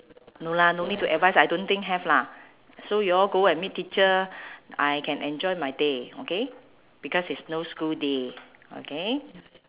no lah no need to advise I don't think have lah so you all go and meet teacher I can enjoy my day okay because it's no school day okay